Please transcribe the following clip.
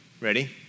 Ready